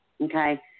okay